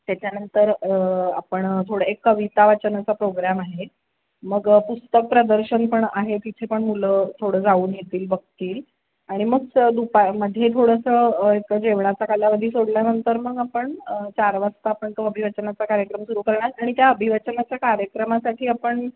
त्याच्यानंतर आपण थोडं एक कविता वाचनाचा प्रोग्रॅम आहे मग पुस्तक प्रदर्शन पण आहे तिथे पण मुलं थोडं जाऊन येतील बघतील आणि मग दुपा मध्ये थोडंसं एक जेवणाचा कालावधी सोडल्यानंतर मग आपण चार वाजता आपण तो अभिवाचनाचा कार्यक्रम सुरू करणार आणि त्या अभिवाचनाच्या कार्यक्रमासाठी आपण